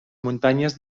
muntanyes